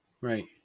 Right